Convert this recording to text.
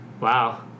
Wow